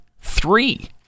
three